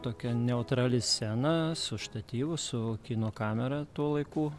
tokia neutrali scena su štatyvu su kino kamera tuo laiku